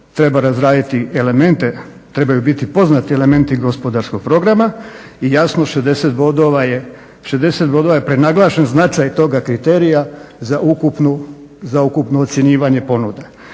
trebaju biti poznati elementi gospodarskog programa i jasno 60 bodova je prenaglašen značaj toga kriterija za ukupno ocjenjivanje ponude.